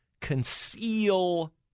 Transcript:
conceal